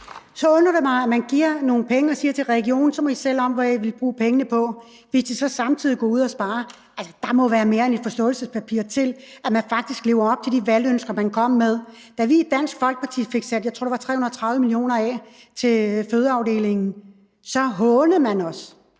Så undrer det mig, at man giver nogle penge og siger til regionen, at de så selv må om, hvad de vil bruge pengene på, hvis de så samtidig går ud og sparer. Altså, der må mere end et forståelsespapir til, at man faktisk lever op til de valgløfter, man kom med. Da vi i Dansk Folkeparti fik sat, jeg tror det var 330 mio. kr. af til fødeafdelingen, så hånede man os.